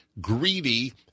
greedy